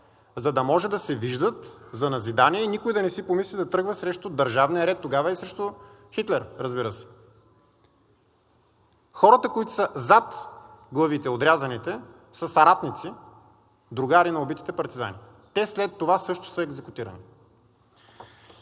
за да може да се виждат за назидание и никой да не си помисли да тръгва срещу държавния ред тогава и срещу Хитлер, разбира се. Хората, които са зад главите, отрязаните, са съратници, другари на убитите партизани. Те след това също са екзекутирани.